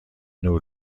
نور